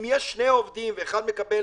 אם יש שני עובדים, ואחד מקבל